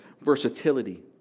versatility